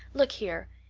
look here.